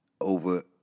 over